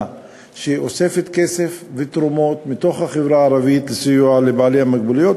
שאוספת כסף ותרומות מתוך החברה הערבית לסיוע לבעלי מוגבלויות.